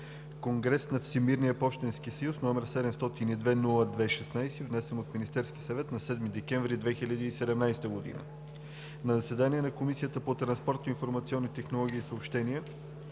конгрес на Всемирния пощенски съюз, № 702-02-16, внесен от Министерския съвет на 7 декември 2017 г. На заседание на Комисията по транспорт, информационни технологии и съобщения,